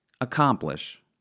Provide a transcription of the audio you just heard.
accomplish